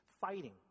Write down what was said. fighting